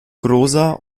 großer